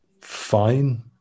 fine